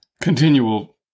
continual